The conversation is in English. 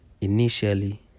initially